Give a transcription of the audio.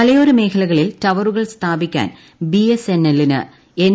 മലയോര മേഖലകളിൽ ടവറുകൾ സ്ഥാപിക്കാൻ ബിഎസ്എൻഎല്ലിന് എൻ